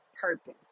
purpose